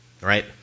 right